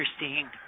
interesting